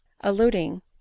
alluding